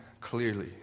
clearly